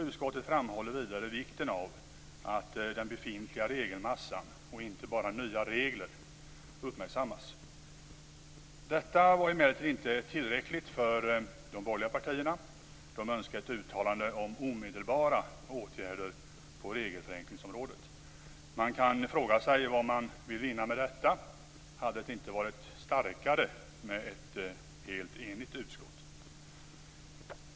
Utskottet framhåller vidare vikten av att den befintliga regelmassan, och inte bara nya regler, uppmärksammas. Detta var emellertid inte tillräckligt för de borgerliga partierna. De önskar ett uttalande om omedelbara åtgärder på regelförenklingsområdet. Man kan fråga sig vad de vill vinna med detta. Hade det inte varit starkare med ett helt enigt utskott?